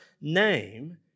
name